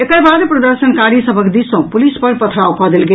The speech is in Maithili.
एकर बाद प्रदर्शनकारी सभक दिस सॅ पुलिस पर पथराव कऽ देल गेल